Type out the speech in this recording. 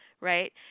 right